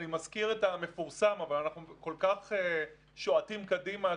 אני מזכיר את המפורסם אבל אנחנו כל כך שועטים קדימה.